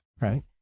right